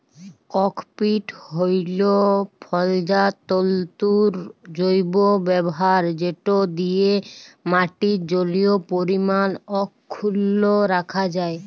cocopeat হ্যইল ফলজাত তল্তুর জৈব ব্যাভার যেট দিঁয়ে মাটির জলীয় পরিমাল অখ্খুল্ল রাখা যায়